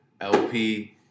LP